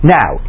now